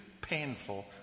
painful